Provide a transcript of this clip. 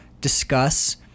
Discuss